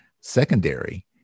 secondary